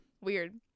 weird